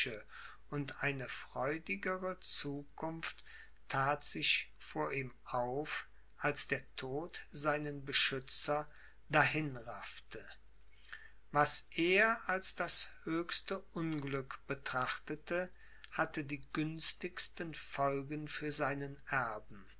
und eine freudigere zukunft that sich vor ihm auf als der tod seinen beschützer dahin raffte was er als das höchste unglück betrachtete hatte die günstigsten folgen für seinen erben